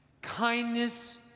Kindness